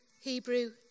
Hebrew